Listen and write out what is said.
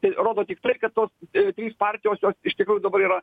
tai rodo tik tai kad tos e trys partijos jos iš tikrųjų dabar yra